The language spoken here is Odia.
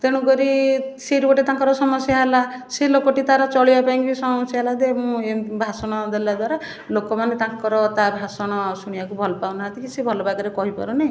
ତେଣୁକରି ସେଇଠି ଗୋଟେ ତାଙ୍କର ସମସ୍ୟା ହେଲା ସେ ଲୋକଟି ତା'ର ଚଳିବା ପାଇଁ ବି ସମସ୍ୟା ହେଲା ଦେ ମୁଁ ଭାଷଣ ଦେଲା ଦ୍ଵାରା ଲୋକମାନେ ତାଙ୍କର ତା ଭାଷଣ ଶୁଣିବାକୁ ଭଲ ପାଉନାହାଁନ୍ତି କି ସେ ଭଲ ବାଗରେ କହିପାରୁନି